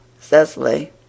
Cecily